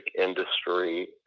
industry